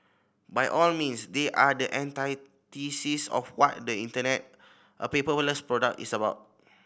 by all means they are the antithesis of what the Internet a paperless product is about